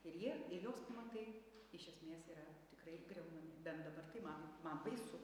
ir jie ir jos pamatai iš esmės yra tikrai griaunami bent dabar tai man man baisu